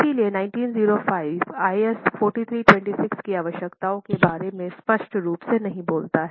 इसलिए 1905 IS 4326 की आवश्यकताओं के बारे में स्पष्ट रूप से नहीं बोलता है